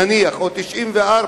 נניח, או 94,